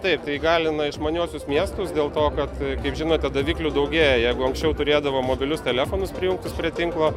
tai įgalina išmaniuosius miestus dėl to kad kaip žinote daviklių daugėja jeigu anksčiau turėdavom mobilius telefonus prijungtus prie tinklo